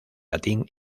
latín